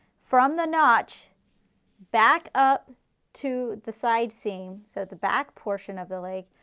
from the notch back up to the side seam, so the back portion of the leg,